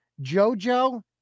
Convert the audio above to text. Jojo